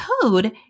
code